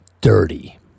dirty